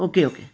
okay okay